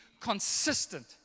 consistent